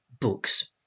books